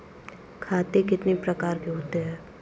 खाते कितने प्रकार के होते हैं?